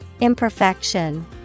Imperfection